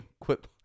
quit